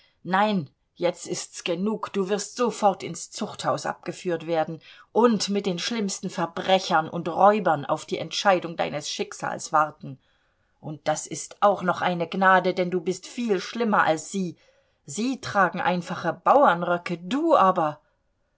nein jetzt ist's genug du wirst sofort ins zuchthaus abgeführt werden und mit den schlimmsten verbrechern und räubern auf die entscheidung deines schicksals warten und das ist auch noch eine gnade denn du bist viel schlimmer als sie sie tragen einfache bauernröcke du aber